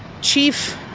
Chief